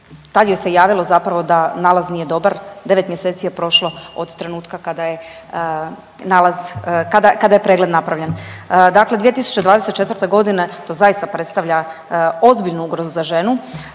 tad joj se javilo zapravo da nalaz nije dobar. 9 mjeseci je prošlo od trenutka kada je nalaz, kada, kada je pregled napravljen. Dakle 2024. godine to zaista predstavlja ozbiljnu ugrozu za ženu,